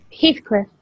Heathcliff